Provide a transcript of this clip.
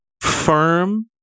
firm